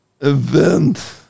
event